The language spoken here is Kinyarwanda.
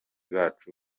bacu